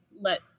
let